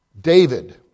David